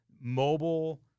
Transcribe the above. mobile-